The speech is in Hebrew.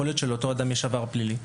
יכול להיות שלאותו אדם יש עבר פלילי,